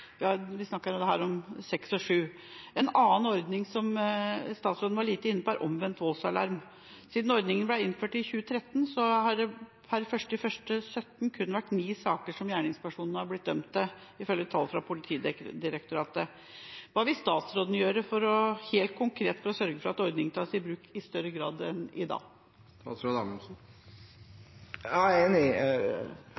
Vi snakker her om kodene 6 og 7. En annen ordning – som statsråden var lite inne på – er omvendt voldsalarm. Siden ordningen ble innført i 2013, har det per 1. januar 2017 kun vært ni saker der gjerningspersonen har blitt idømt dette, ifølge tall fra Politidirektoratet. Hva vil statsråden gjøre helt konkret for å sørge for at ordningen tas i bruk i større grad enn i dag?